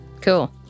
Cool